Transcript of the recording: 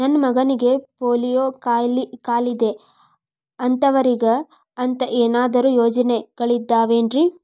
ನನ್ನ ಮಗನಿಗ ಪೋಲಿಯೋ ಕಾಲಿದೆ ಅಂತವರಿಗ ಅಂತ ಏನಾದರೂ ಯೋಜನೆಗಳಿದಾವೇನ್ರಿ?